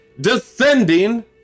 descending